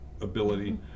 ability